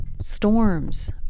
storms